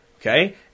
Okay